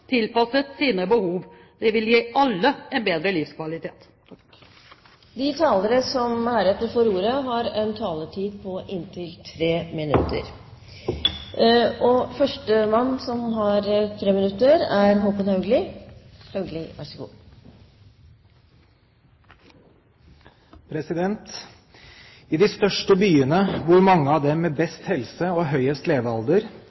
tilpasset sine behov. Det vil gi alle en bedre livskvalitet. De talere som heretter får ordet, har en taletid på inntil 3 minutter. I de største byene bor mange av dem med best helse og høyest levealder, og mange av dem med dårligst helse og lavest levealder.